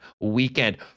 Weekend